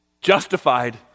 justified